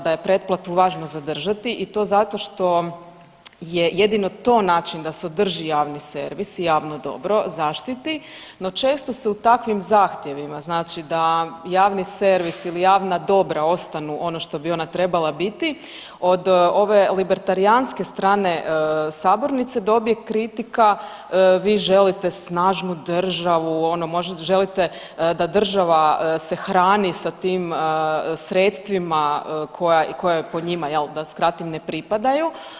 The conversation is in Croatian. Da je pretplatu važno zadržati i to zato što je jedino to način da se održi javni servis i javno dobro, zaštiti, no često se u takvim zahtjevima, znači da javni servis ili javna dobra ostanu ono što bi ona trebala biti od ove libertarijanske strane sabornice dobije kritika vi želite snažnu državu, ono želite da država se hrani sa tim sredstvima koja joj po njima, da skratim, ne pripadaju.